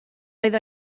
oedd